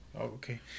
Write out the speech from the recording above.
okay